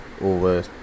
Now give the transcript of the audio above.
Over